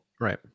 Right